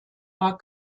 war